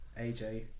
AJ